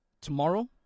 tomorrow